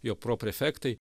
jo proprefektai